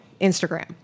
Instagram